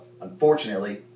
unfortunately